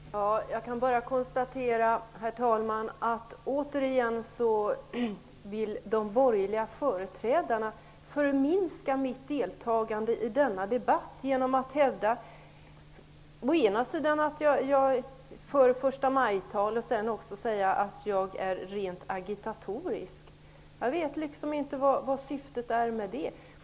Herr talman! Jag kan bara konstatera att de borgerliga företrädarna återigen vill förminska mitt deltagande i denna debatt genom att å ena sidan hävda att jag håller förstamajtal, å andra sidan säga att jag är rent agitatorisk. Jag vet inte vad syftet med detta är.